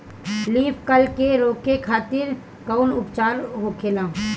Leaf curl के रोके खातिर कउन उपचार होखेला?